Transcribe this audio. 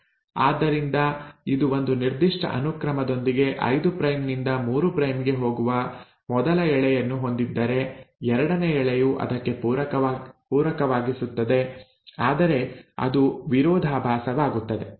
ಆದ್ದರಿಂದ ಇದು ಒಂದು ನಿರ್ದಿಷ್ಟ ಅನುಕ್ರಮದೊಂದಿಗೆ 5 ಪ್ರೈಮ್ ನಿಂದ 3 ಪ್ರೈಮ್ ಗೆ ಹೋಗುವ ಮೊದಲ ಎಳೆಯನ್ನು ಹೊಂದಿದ್ದರೆ ಎರಡನೇ ಎಳೆಯು ಅದಕ್ಕೆ ಪೂರಕವಾಗಿಸುತ್ತದೆ ಆದರೆ ಅದು ವಿರೋಧಾಭಾಸವಾಗಿರುತ್ತದೆ